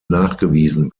nachgewiesen